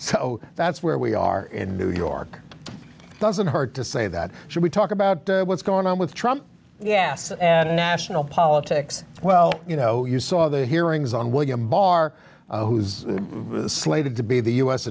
so that's where we are in new york doesn't hurt to say that should we talk about what's going on with trump yass and national politics well you know you saw the hearings on william barr who's slated to be the u s